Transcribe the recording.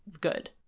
good